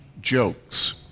jokes